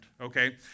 okay